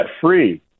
free